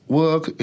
work